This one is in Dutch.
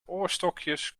oorstokjes